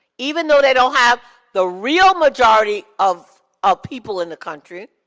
even though they don't have the real majority of of people in the country,